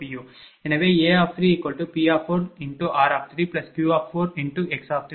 எனவே A3P4r3Q4x3 0